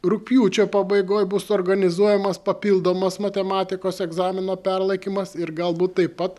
rugpjūčio pabaigoj bus organizuojamas papildomas matematikos egzamino perlaikymas ir galbūt taip pat